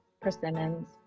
persimmons